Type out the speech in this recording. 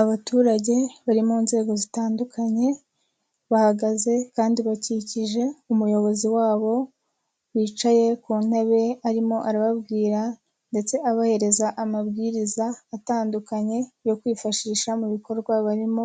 Abaturage bari mu nzego zitandukanye, bahagaze kandi bakikije umuyobozi wabo wicaye ku ntebe, arimo arababwira ndetse abahereza amabwiriza atandukanye yo kwifashisha mu bikorwa barimo,